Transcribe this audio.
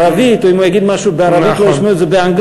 בערבית או אם הוא יגיד בערבית לא ישמעו את זה באנגלית,